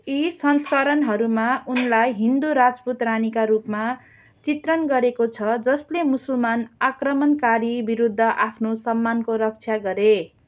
यी संस्करणहरूमा उनलाई हिन्दू राजपूत रानीका रूपमा चित्रण गरेको छ जसले मुसलमान आक्रमणकारी विरुद्ध आफ्नो सम्मानको रक्षा गरे